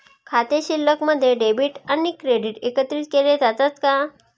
खाते शिल्लकमध्ये डेबिट आणि क्रेडिट एकत्रित केले जातात का?